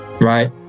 right